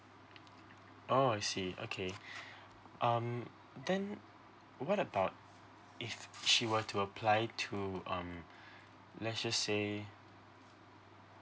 oh I see okay um then what about if she were to apply to um let's just say